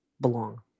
belong